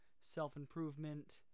self-improvement